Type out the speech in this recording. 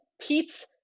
Pete's